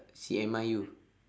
C_M_I you